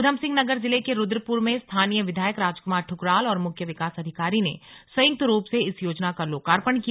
उधमसिंह नगर जिले के रुद्रपुर में स्थानीय विधायक राजकुमार दुकराल और मुख्य विकास अधिकारी ने संयुक्त रूप से इस योजना का लोकार्पण किया